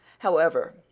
however,